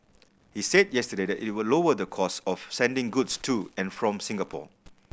he said yesterday that it will lower the costs of sending goods to and from Singapore